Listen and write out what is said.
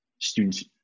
students